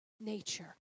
nature